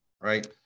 right